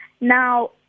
Now